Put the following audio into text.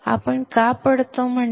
आपण का पडतो म्हणतो